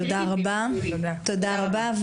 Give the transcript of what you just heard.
תודה רבה.